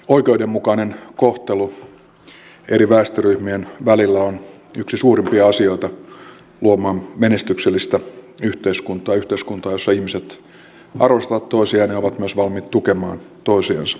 oikeudenmukainen kohtelu eri väestöryhmien välillä on yksi suurimpia asioita luomaan menestyksellistä yhteiskuntaa yhteiskuntaa jossa ihmiset arvostavat toisiaan ja ovat myös valmiit tukemaan toisiansa